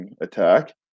attack